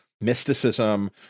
mysticism